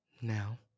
now